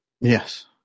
Yes